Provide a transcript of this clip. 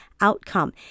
outcome